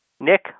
Nick